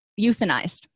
euthanized